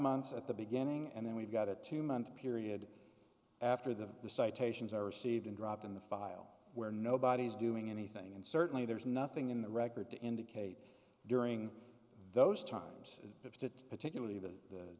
months at the beginning and then we've got a two month period after the citations are received and dropped in the file where nobody's doing anything and certainly there's nothing in the record to indicate during those times that it's particularly the the